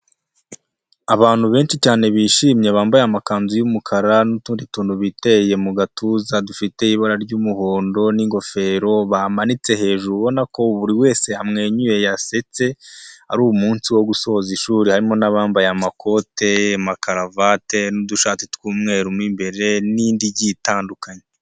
Abantu benshi cyane bishimye bambaye amakanzu y'umukara n'utundi tuntu biteye mu gatuza dufite ibara ry'umuhondo n'ingofero bamanitse hejuru, ubona ko buri wese amwenyuye yasetse ari umunsi wo gusoza ishuri, harimo n'abambaye amakote, ama karuvate n'udushati tw'umweru mu imbere n'indi igiye itandukanye.